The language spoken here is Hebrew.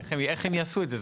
איך הם יעשו את זה?